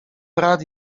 brat